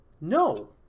No